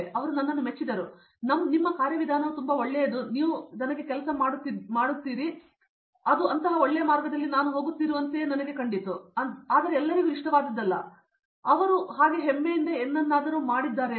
ಅವರು ನನ್ನನ್ನು ಮೆಚ್ಚಿದರು ನಿಮ್ಮ ಕಾರ್ಯವಿಧಾನವು ತುಂಬಾ ಒಳ್ಳೆಯದು ನೀವು ನನಗೆ ಕೆಲಸ ಮಾಡುತ್ತಿದ್ದೀರಿ ಅದು ಅಂತಹ ಒಳ್ಳೆಯ ಮಾರ್ಗದಲ್ಲಿ ನಾನು ಹೋಗುತ್ತಿರುವಂತೆಯೇ ನನಗೆ ಮಾಡುತ್ತದೆ ಆದರೆ ಎಲ್ಲರಿಗೂ ಇಷ್ಟವಾದದ್ದಲ್ಲ ಆದರೆ ಅವನು ಹಾಗೆ ಹೆಮ್ಮೆಯಿಂದ ಏನನ್ನಾದರೂ ಮಾಡಿದ್ದಾನೆ